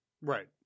Right